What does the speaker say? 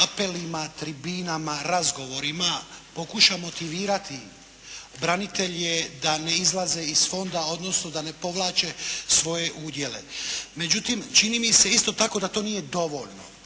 apelima, tribinama, razgovorima pokuša motivirati branitelje da ne izlaze iz fonda, odnosno da ne povlače svoje udjele. Međutim, čini mi se isto tako da to nije dovoljno.